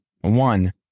One